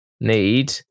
need